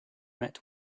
met